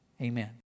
Amen